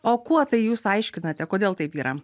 o kuo tai jūs aiškinate kodėl taip yra